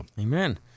Amen